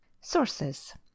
Sources